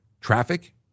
Traffic